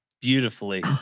beautifully